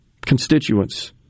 constituents